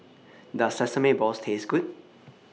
Does Sesame Balls Taste Good